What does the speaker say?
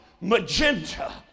magenta